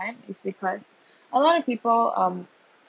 is because a lot of people um